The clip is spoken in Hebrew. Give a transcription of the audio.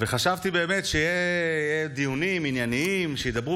וחשבתי באמת שיהיו דיונים ענייניים ושידברו